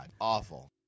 awful